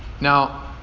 Now